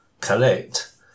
collect